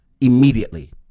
Immediately